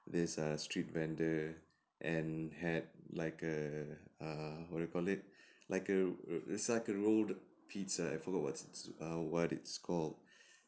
this err street vendor and had like err uh what you call it like a r~ it's like a rolled pizza I forgot what's err what it's called